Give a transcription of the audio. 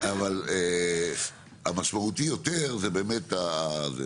אבל המשמעותי יותר זה באמת זה,